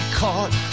caught